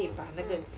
mm mm mm